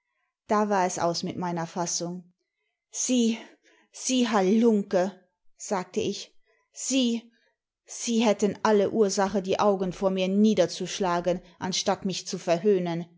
da war es aus mit meiner fassung sie sie halunke sagte ich sie sie hätten alle ursache die augen vor mir niederzuschlagen anstatt mich zu verhöhnen